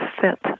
fit